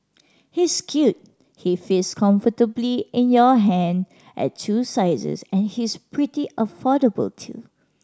he's cute he fits comfortably in your hand at two sizes and he's pretty affordable too